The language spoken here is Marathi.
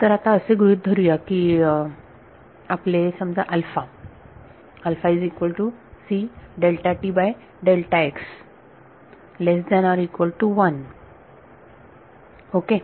तर आता असे गृहीत धरूया की आपले समजा अल्फा ओके